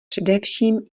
především